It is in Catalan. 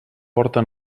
porta